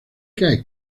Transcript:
cae